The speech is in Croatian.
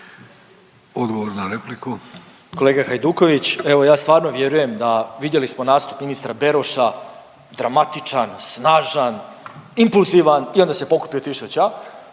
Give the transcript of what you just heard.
Marin (MOST)** Kolega Hajduković, evo ja stvarno vjerujem da, vidjeli smo nastup ministra Beroša, dramatičan, snažan, impulzivan i onda se pokupio i